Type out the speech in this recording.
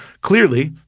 Clearly